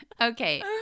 okay